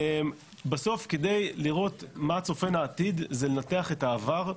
בסוף כדי לראות מה צופן העתיד צריך לנתח את העבר.